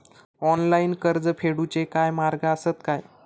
Online कर्ज फेडूचे काय मार्ग आसत काय?